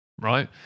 right